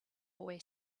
boy